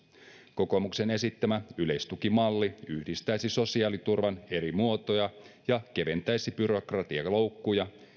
kokoomuksen esittämä yleistukimalli yhdistäisi sosiaaliturvan eri muotoja ja keventäisi byrokratialoukkuja